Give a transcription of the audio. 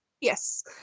Yes